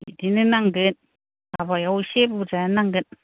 बिदिनो नांगोन हाबायाव एसे बुरजायानो नांगोन